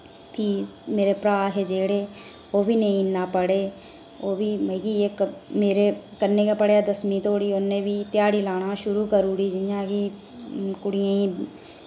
फ्ही मेरे भ्रा हे जेह्ड़े ओह् बी नेईं इन्ना पढ़े ओह् बी मिकी इक मेरे कन्नै गै पढ़ेआ दसमी घोड़ी उ'ने बी ध्याड़ी लाना शुरू करूड़ी जि'यां कि कुड़ियें ई